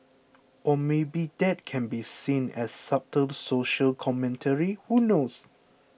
or maybe that can be seen as subtle social commentary who knows